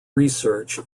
research